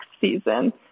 season